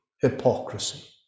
hypocrisy